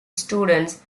students